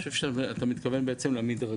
אני חושב שאתה מתכוון למדרגים.